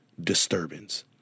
disturbance